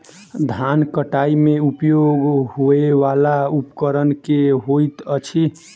धान कटाई मे उपयोग होयवला उपकरण केँ होइत अछि?